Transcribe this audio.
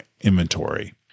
inventory